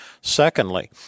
Secondly